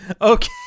Okay